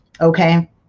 Okay